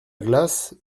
glace